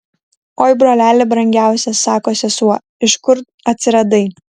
oi broleli brangiausias sako sesuo iš kur atsiradai